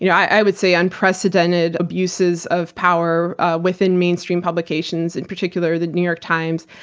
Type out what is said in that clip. yeah i would say unprecedented abuses of power within mainstream publications. in particular, the new york times,